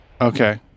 Okay